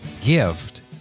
gift